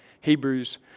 Hebrews